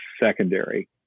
secondary